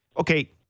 okay